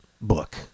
book